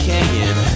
Canyon